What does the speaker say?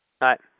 right